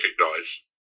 recognize